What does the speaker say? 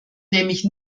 nämlich